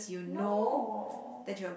no